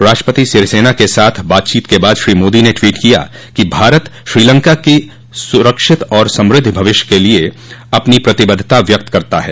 राष्ट्रपति सिरिसेना के साथ बातचीत के बाद श्री मोदी ने टवीट किया कि भारत श्रीलंका के सुरक्षित और समृद्वि भविष्य के लिए अपनी प्रतिबद्वता व्यक्त करता है